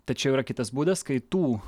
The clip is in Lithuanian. tačiau yra kitas būdas kai tų